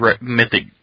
mythic